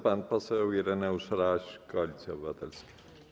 Pan poseł Ireneusz Raś, Koalicja Obywatelska.